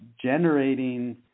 generating